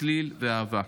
צליל ואהבה,